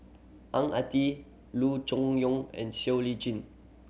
Ang Ah Tee Loo Choon Yong and Siow Lee Chin